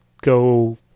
go